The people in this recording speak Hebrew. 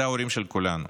זה ההורים של כולנו.